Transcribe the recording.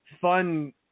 fun